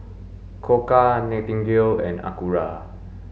Koka Nightingale and Acura